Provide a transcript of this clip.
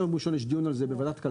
ביום ראשון יש דיון על זה בוועדת הכלכלה.